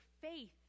faith